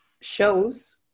shows